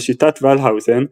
לשיטת ולהאוזן,